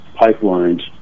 pipelines